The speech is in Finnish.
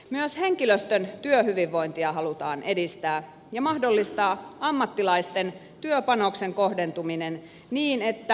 myös henkilöstön työhyvinvointia halutaan edistää sekä mahdollistaa ammattilaisten työpanoksen kohdentuminen niin että yhdenvertaisuus toteutuu